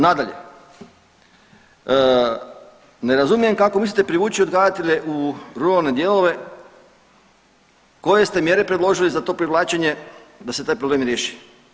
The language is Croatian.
Nadalje, ne razumijem kako mislite privući odgajatelje u ruralne dijelove, koje ste mjere predložili za to privlačenje da se taj problem riješi.